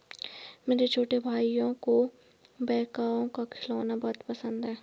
मेरे छोटे भाइयों को बैकहो का खिलौना बहुत पसंद है